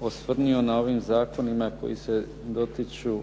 osvrnuo na ovim zakonima koji se dotiču